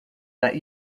that